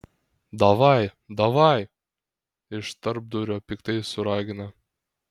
davai davaj iš tarpdurio piktai suragina